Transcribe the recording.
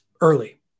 early